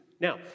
Now